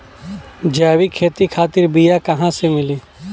जैविक खेती खातिर बीया कहाँसे मिली?